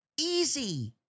Easy